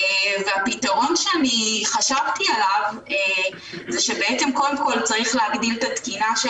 והפתרון שאני חשבתי עליו זה שבעצם קודם כל צריך להגדיל את התקינה של